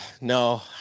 no